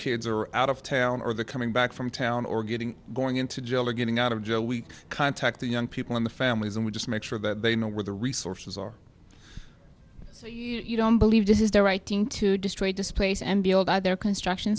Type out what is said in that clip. kids are out of town or the coming back from town or getting going into jail or getting out of jail we contact the young people in the families and we just make sure that they know where the resources are so you don't believe this is the right thing to destroy displace m b o by their construction